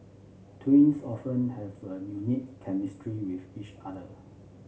twins often have a unique chemistry with each other